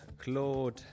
Claude